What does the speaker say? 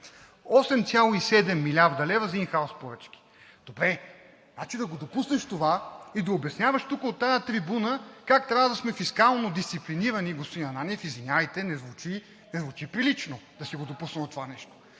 8,7 млрд. лв. за ин хаус поръчки. Добре, значи да го допуснеш това и да обясняваш от тази трибуна как трябва да сме фискално дисциплинирани, господин Ананиев, извинявайте, не звучи прилично да си го допуснал това нещо.